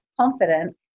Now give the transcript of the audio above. confident